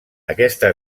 aquesta